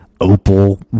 opal